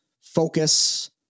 focus